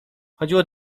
chodziło